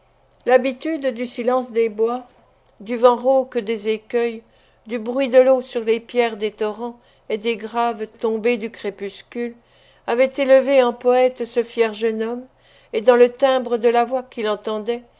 l'habitude du silence des bois du vent rauque des écueils du bruit de l'eau sur les pierres des torrents et des graves tombées du crépuscule avait élevé en poète ce fier jeune homme et dans le timbre de la voix qu'il entendait